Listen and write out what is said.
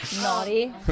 Naughty